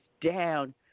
down